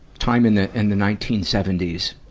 time in the, in the nineteen seventy s, ah,